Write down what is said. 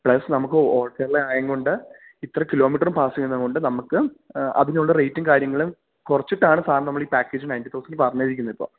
plus നമുക്ക് ആൾ കേരളയായതുംകൊണ്ട് ഇത്ര കിലോമീറ്ററും പാസ് ചെയ്യുന്നതുകൊണ്ട് നമുക്ക് അതിനുള്ള റെയ്റ്റും കാര്യങ്ങളും കുറച്ചിട്ടാണ് സാറിന് നമ്മളീ പാക്കേജ് നയൻറ്റി തൗസൻഡ് പറഞ്ഞിരിക്കുന്നത് ഇപ്പോള്